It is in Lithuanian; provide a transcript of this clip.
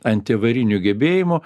antiavarinių gebėjimų